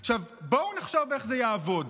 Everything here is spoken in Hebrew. עכשיו, בוא נחשוב איך זה יעבוד